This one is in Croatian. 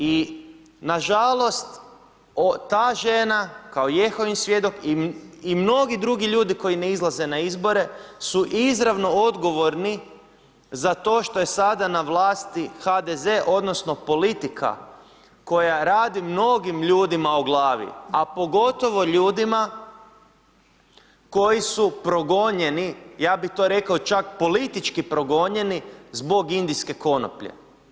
I nažalost ta žena kao Jehovin svjedok i mnogi drugi ljudi koji ne izlaze na izbore su izravno odgovorni za to što je sada na vlasti HDZ odnosno politika koja radi mnogim ljudima o glavi, a pogotovo ljudima koji su progonjeni, ja bi to rekao čak politički progonjeni zbog indijske konoplje.